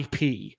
IP